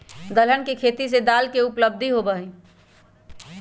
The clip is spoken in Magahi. दलहन के खेती से दाल के उपलब्धि होबा हई